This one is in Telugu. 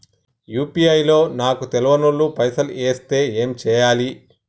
యూ.పీ.ఐ లో నాకు తెల్వనోళ్లు పైసల్ ఎస్తే ఏం చేయాలి?